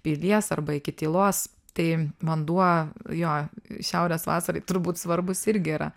pilies arba iki tylos tai vanduo jo šiaurės vasarai turbūt svarbus irgi yra